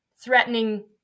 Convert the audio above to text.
threatening